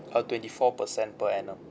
uh twenty four percent per annum